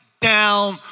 down